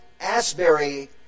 Asbury